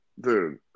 Dude